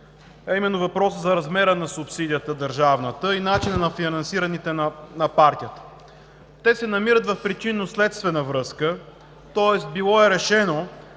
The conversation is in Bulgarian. а именно въпросът за размера на държавната субсидия и начина на финансирането на партиите. Те се намират в причинно-следствена връзка, тоест било е решено